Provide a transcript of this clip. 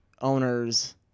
owners